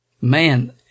Man